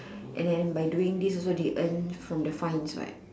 and then by doing this they also earn from the fines what